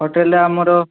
ହୋଟେଲ୍ରେ ଆମର